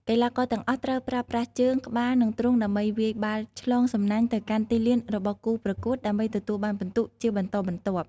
កីឡាករទាំងអស់ត្រូវប្រើប្រាស់ជើង ក្បាល ឬទ្រូងដើម្បីវាយបាល់ឆ្លងសំណាញ់ទៅកាន់ទីលានរបស់គូប្រកួតដើម្បីទទួលបានពិន្ទុជាបន្តបន្ទាប់។